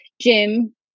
Jim